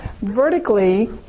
vertically